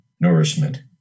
nourishment